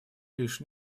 лишь